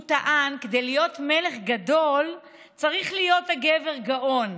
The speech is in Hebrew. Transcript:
הוא טען: כדי להיות מלך גדול צריך להיות הגבר גאון,